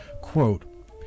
quote